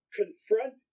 confront